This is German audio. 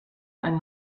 ein